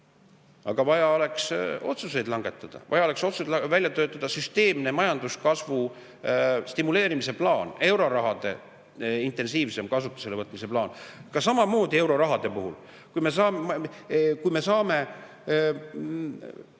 aga vaja oleks otsuseid langetada, vaja oleks otseselt välja töötada süsteemne majanduskasvu stimuleerimise plaan, eurorahade intensiivsema kasutusele võtmise plaan. Samamoodi eurorahade puhul, kui me saame